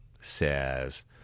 says